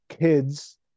kids